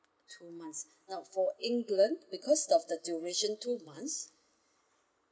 two months now for england because of the duration two months